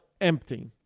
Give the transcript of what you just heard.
empty